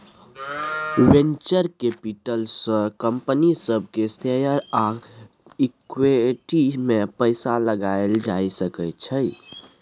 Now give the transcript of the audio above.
venture capital से company सब के शेयर आ इक्विटी में पैसा लगाएल जा सकय छइ